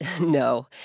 no